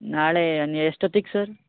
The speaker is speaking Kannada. ನಾಳೆ ಎಷ್ಟೋತ್ತಿಗ್ ಸರ್